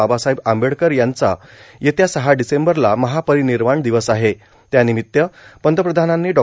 बाबासाहेब आंबेडकर यांचा येत्या सहा डिसबरला महार्पार्रानवाण दिवस आहे त्यार्नामत्त पंतप्रधानांनी डॉ